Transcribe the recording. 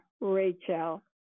Rachel